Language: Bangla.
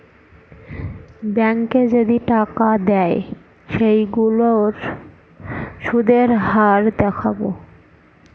ব্যাঙ্কে যদি টাকা দেয় সেইগুলোর সুধের হার দেখাবো